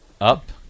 up